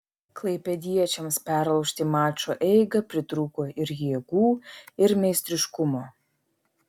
klaipėdiečiams perlaužti mačo eigą pritrūko ir jėgų ir meistriškumo